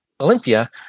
Olympia